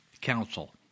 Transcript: Council